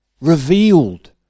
revealed